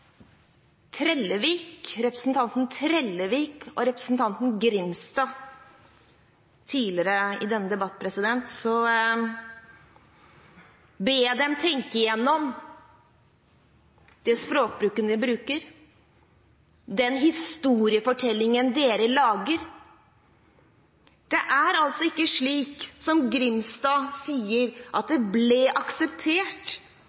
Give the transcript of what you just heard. representanten Trellevik og representanten Grimstad tidligere i denne debatten, ber jeg dem tenke gjennom den språkbruken de velger, den historiefortellingen de lager. Det er altså ikke slik som Grimstad sier, at